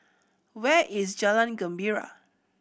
where is Jalan Gembira